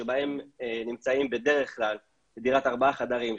שבהם נמצאים בדרך כלל בדירת ארבעה חדרים,